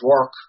work